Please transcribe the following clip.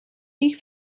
ich